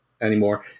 Anymore